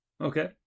Okay